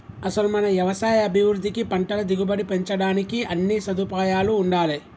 అసలు మన యవసాయ అభివృద్ధికి పంటల దిగుబడి పెంచడానికి అన్నీ సదుపాయాలూ ఉండాలే